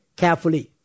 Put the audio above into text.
carefully